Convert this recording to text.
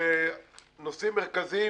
כנושאים מרכזיים